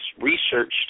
researched